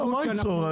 מה ייצור,